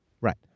Right